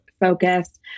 focused